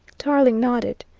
tarling nodded.